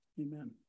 Amen